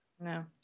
No